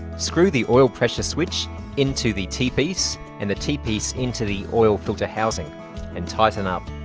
screw the oil pressure switch into the t piece and the t piece into the oil filter housing and tighten up